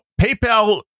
PayPal